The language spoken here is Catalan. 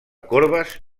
corbes